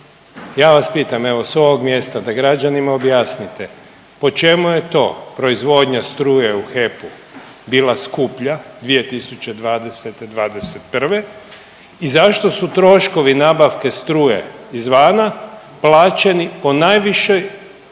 Ja vas pitam, evo, s ovog mjesta da građanima objasnite, po čemu je to proizvodnja struje u HEP-u bila skuplja 2020., '21. i zašto su troškovi nabavke struje izvana plaćeni po najvišoj